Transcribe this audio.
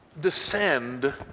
descend